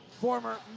Former